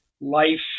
life